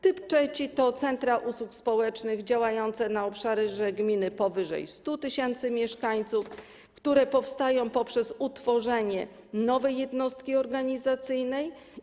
Typ trzeci to centra usług społecznych działające na obszarze gmin powyżej 100 tys. mieszkańców, które powstają poprzez utworzenie nowej jednostki organizacyjnej.